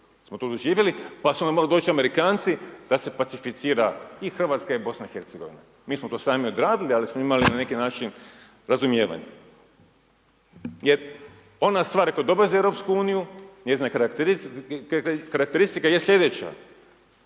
smo to doživjeli, pa su nam došli Amerikanci da se pacificira i RH i BiH, mi smo to sami odradili, ali smo imali na neki način razumijevanja. Jer ona stvar koja je dobra za EU, njezina karakteristika je slijedeća,